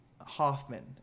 Hoffman